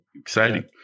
Exciting